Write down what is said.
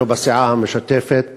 אנחנו בסיעה המשותפת